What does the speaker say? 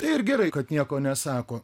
tai ir gerai kad nieko nesako